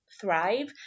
thrive